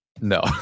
no